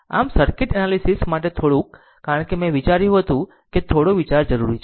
આમ circuit analysis માટે થોડુંક કારણ કે મેં વિચાર્યું હતું કે થોડો વિચાર જરૂરી છે